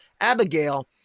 Abigail